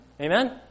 Amen